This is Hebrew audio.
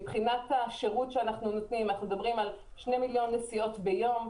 השירות שאנחנו נותנים מדברים על 2 מיליון נסיעות ביום,